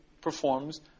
performs